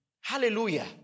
Hallelujah